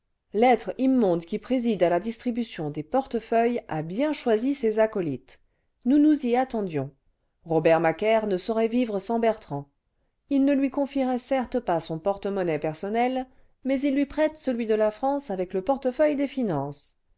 l'être immonde qui préside à la distribution des portefeuilles a bien choisi ses acolytes nous nous y attendions robert macaire ne saurait tas de ministres vivre sans bertrand r ne lui confierait certes pas son porte-monnaie personnel mais il lui prête celui de la france avec le portefeuille des finances